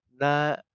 na